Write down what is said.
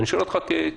ואני שואל אותך כעמית.